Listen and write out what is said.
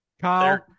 Kyle